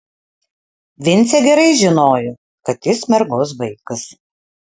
vincė gerai žinojo kad jis mergos vaikas